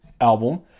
album